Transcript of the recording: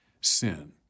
sin